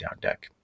deck